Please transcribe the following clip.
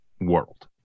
world